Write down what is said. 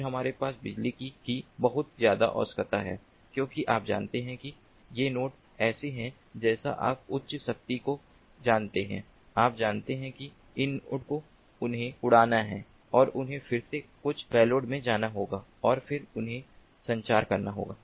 फिर हमारे पास बिजली की की बहुत ज्यादा आवश्यकताएं हैं क्योंकि आप जानते हैं कि ये नोड्स ऐसे हैं जैसे आप उच्च शक्ति को जानते हैं आप जानते हैं कि इन नोड्स को उन्हें उड़ना है और उन्हें फिर से कुछ पेलोड ले जाना होगा और फिर उन्हें संचार करना होगा